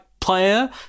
player